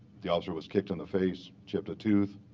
the officer was kicked in the face, chipped a tooth,